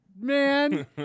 Man